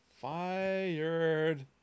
Fired